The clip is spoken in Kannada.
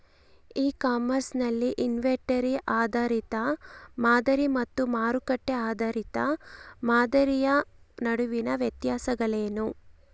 ಇ ಕಾಮರ್ಸ್ ನಲ್ಲಿ ಇನ್ವೆಂಟರಿ ಆಧಾರಿತ ಮಾದರಿ ಮತ್ತು ಮಾರುಕಟ್ಟೆ ಆಧಾರಿತ ಮಾದರಿಯ ನಡುವಿನ ವ್ಯತ್ಯಾಸಗಳೇನು?